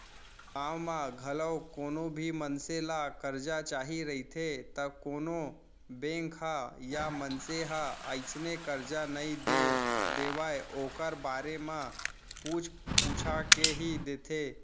गाँव म घलौ कोनो भी मनसे ल करजा चाही रहिथे त कोनो बेंक ह या मनसे ह अइसने करजा नइ दे देवय ओखर बारे म पूछ पूछा के ही देथे